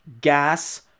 gas